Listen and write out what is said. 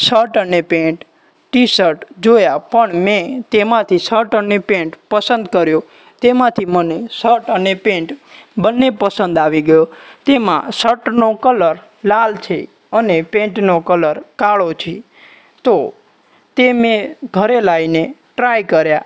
shirt અને pant T shirt જોયા પણ મેં તેમાંથી શટ અને પેન્ટ પસંદ કર્યો તેમાંથી મને શટ અને પેન્ટ બંને પસંદ આવી ગયો તેમાં શટનો કલર લાલ છે અને પેન્ટનો કલર કાળો છે તો તે મેં ઘરે લાવીને ટ્રાય કર્યા